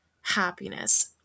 happiness